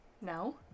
No